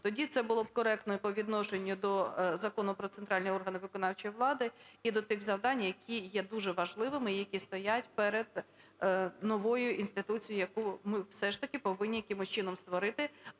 Тоді це було б коректно і по відношенню до Закону "Про центральні органи виконавчої влади", і до тих завдань, які є дуже важливими і які стоять перед новою інституцією, яку ми все ж таки повинні якимось чином створити,